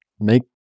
make